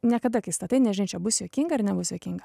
niekada kai statai nežinai ar čia bus juokinga ar nebus juokinga